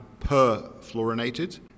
perfluorinated